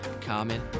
common